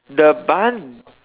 the barn